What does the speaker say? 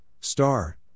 star